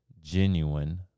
genuine